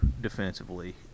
defensively